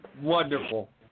wonderful